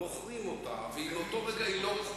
מה שהממשלה לוקחת היא לעולם לא מחזירה,